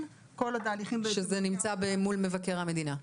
כל עוד ההליכים נמשכים אצל מבקר המדינה.